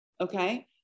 okay